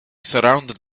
surrounded